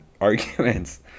arguments